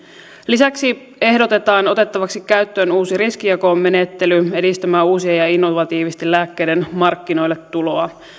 lisäksi ehdotetaan otettavaksi käyttöön uusi riskinjakomenettely edistämään uusien ja innovatiivisten lääkkeiden markkinoille tuloa